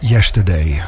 Yesterday